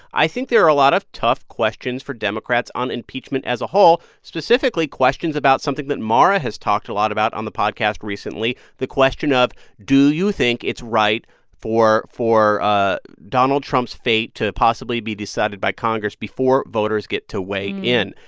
i think there are a lot of tough questions for democrats on impeachment as a whole, specifically questions about something that mara has talked a lot about on the podcast recently, the question of, do you think it's right for for ah donald trump's fate to possibly be decided by congress before voters get to weigh in?